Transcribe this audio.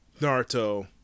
Naruto